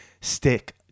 stick